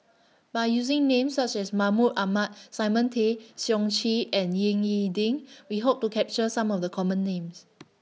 By using Names such as Mahmud Ahmad Simon Tay Seong Chee and Ying E Ding We Hope to capture Some of The Common Names